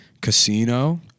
Casino